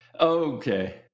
Okay